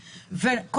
ו-2022.